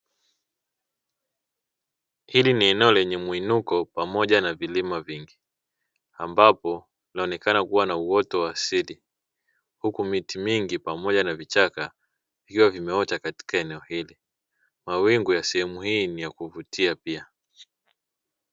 Hili ni eneo lenye muinuko pamoja na vilima vingi, ambapo panaonekana kuwa na uoto wa asili huku miti mingi pamoja na vichaka vikiwa vimeota katika eneo hilo, mawingu ya sehemu hii ni ya kuvutia pia.